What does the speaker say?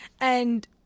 and-